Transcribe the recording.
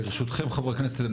ברשותכם חברי הכנסת,